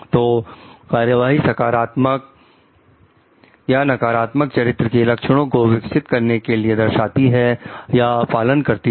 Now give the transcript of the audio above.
तो कार्यवाही सकारात्मक या नकारात्मक चरित्र के लक्षणों को विकसित करने के लिए दर्शाती है या पालन कराती है